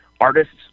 Artists